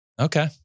Okay